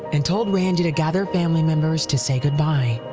and told randy to gather family members to say good-bye.